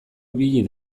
ibili